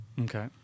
Okay